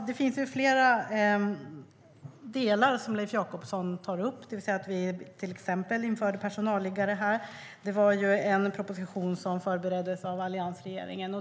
Herr talman! Leif Jakobsson tar upp flera delar. Vi införde till exempel personalliggare. Det var ju en proposition som förbereddes av alliansregeringen.